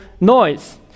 noise